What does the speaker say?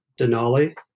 Denali